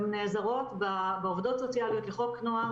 הן נעזרות בעובדות סוציאליות לחוק נוער